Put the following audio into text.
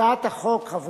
הצעת החוק שבפניכם,